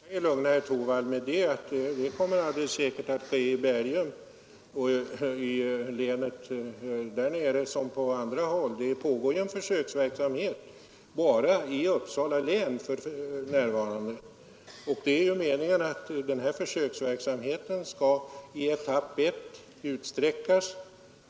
Herr talman! Jag kan lugna herr Torwald med att det alldeles säkert kommer att ske i Bergum liksom på andra håll. För närvarande pågår en försöksverksamhet bara i Uppsala län, men meningen är att försöksverksamheten i etapp 1 skall utsträckas.